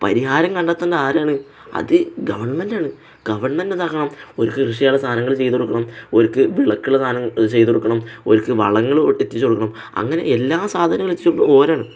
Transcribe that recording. പരിഹാരം കണ്ടെത്തേണ്ടതാരാണ് അത് ഗവൺമെൻറ്റാണ് ഗവൺമെൻറ് എന്താക്കണം അവര്ക്ക് കൃഷി ചെയ്യാനുള്ള സാധനങ്ങള് ചെയ്തുകൊടുക്കണം അവര്ക്ക് വിളയ്ക്കുള്ള സാധനങ്ങള് ചെയ്തുകൊടുക്കണം അവര്ക്ക് വളങ്ങള് എത്തിച്ചുകൊടുക്കണം അങ്ങനെ എല്ലാ സാധനങ്ങളും എത്തിച്ചുകൊടുക്കേണ്ടത് അവരാണ്